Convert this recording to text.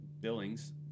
Billings